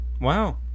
Wow